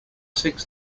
six